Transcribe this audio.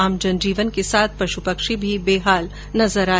आम जनजीवन के साथ ही पशु पक्षी भी बेहाल नजर आए